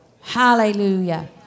Hallelujah